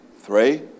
Three